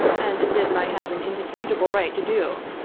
and this i had an indisputable right to do.